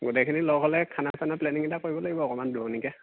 গোটেইখিনি লগ হ'লে খানা চানা প্লেনিং এটা কৰিব লাগিব অকণমান দূৰণিকে